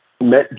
met